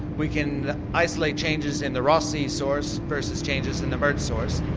we can isolate changes in the ross sea source versus changes in the mertz source.